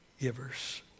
givers